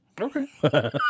Okay